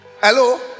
hello